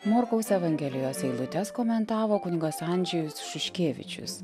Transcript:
morkaus evangelijos eilutes komentavo kunigas andžejus šuškevičius